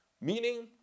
Meaning